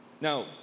Now